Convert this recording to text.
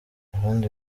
abandi